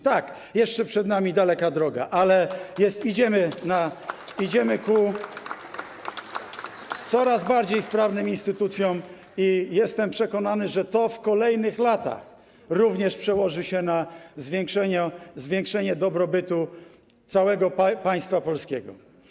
Tak, jeszcze przed nami daleka droga, ale idziemy ku coraz bardziej sprawnym instytucjom i jestem przekonany, że to w kolejnych latach również przełoży się na zwiększenie dobrobytu całego państwa polskiego.